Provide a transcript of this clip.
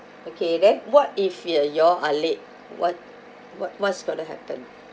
okay then what if you you all are late what what what's gonna happen